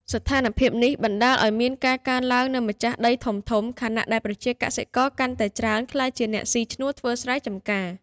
ស្ថានភាពនេះបណ្ដាលឱ្យមានការកើនឡើងនូវម្ចាស់ដីធំៗ ខណៈដែលប្រជាកសិករកាន់តែច្រើនក្លាយជាអ្នកស៊ីឈ្នួលធ្វើស្រែចម្ការ។